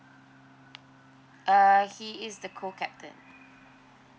err he is the co captain